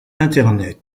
internet